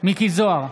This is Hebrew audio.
מכלוף מיקי זוהר,